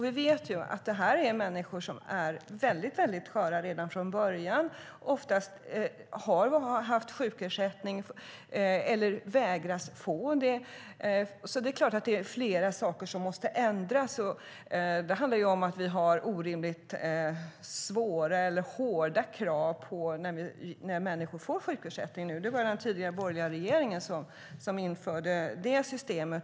Vi vet att det är fråga om människor som redan från början är mycket sköra, som ofta har haft sjukersättning eller vägras få det. Det är klart att flera saker behöver ändras. Vi har orimligt hårda krav för att få sjukersättning. Det var den tidigare borgerliga regeringen som införde det systemet.